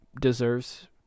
deserves